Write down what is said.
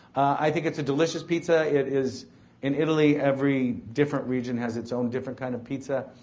i think it's a delicious pizza. it is in italy, every different region has its own different kind of pizza.